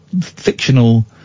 fictional